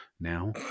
now